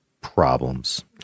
problems